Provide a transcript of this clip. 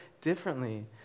differently